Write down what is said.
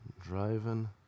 driving